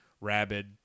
rabid